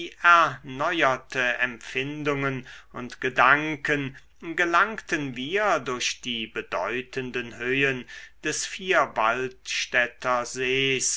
erneuerte empfindungen und gedanken gelangten wir durch die bedeutenden höhen des vierwaldstätter sees